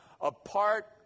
apart